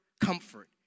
comfort